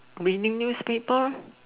reading newspaper